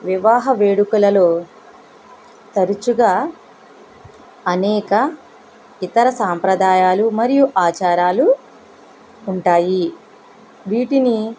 వివాహ వేడుకలలో తరచుగా అనేక ఇతర సాంప్రదాయాలు మరియు ఆచారాలు ఉంటాయి వీటిని